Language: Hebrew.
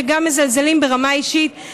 שגם מזלזלים ברמה אישית,